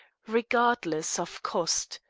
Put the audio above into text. regardless of cost.